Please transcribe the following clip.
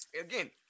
Again